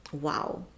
Wow